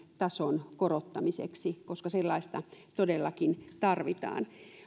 tason korottamiseksi koska sellaista todellakin tarvitaan